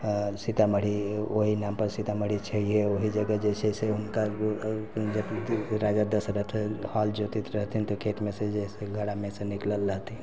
सीतामढ़ी ओहि नाम पर सीतामढ़ी छहिये ओहि जगह जे छै से हुनकर जते राजा दशरथ हल जोतैत रहथिन तऽ ओइ खेतमे से जे घड़ा मे से निकलल रहथिन